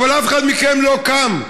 ואף אחד מכם לא קם,